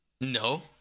no